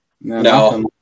No